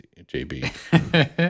JB